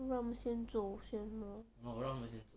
让他们先走先 lor